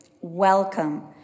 welcome